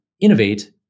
innovate